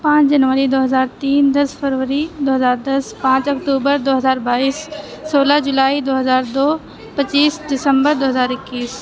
پانچ جنوری دو ہزار تین دس فروری دو ہزار دس پانچ اکتوبر دو ہزار بائیس سولہ جولائی دو ہزار دو پچیس دسمبر دو ہزار اکیس